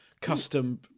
custom